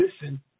listen